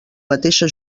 mateixa